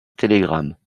télégramme